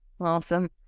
Awesome